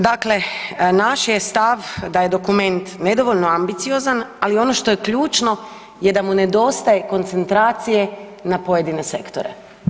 Dakle, naš je stav da je dokument nedovoljno ambiciozan, ali ono što je ključno je da mu nedostaje koncentracije na pojedine sektore.